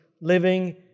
living